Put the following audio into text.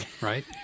right